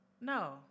No